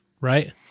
right